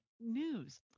News